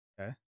Okay